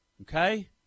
Okay